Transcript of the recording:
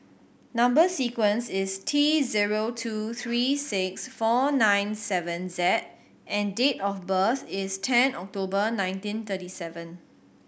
number sequence is T zero two three six four nine seven Z and date of birth is ten October nineteen thirty seven